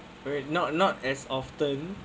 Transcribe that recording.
for it not not as often